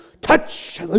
touch